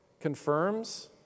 confirms